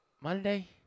Monday